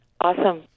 Awesome